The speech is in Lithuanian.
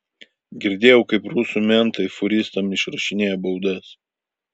girdėjau kaip rusų mentai fūristams išrašinėja baudas